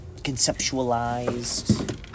conceptualized